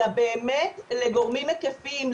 אלא באמת לגורמים היקפיים,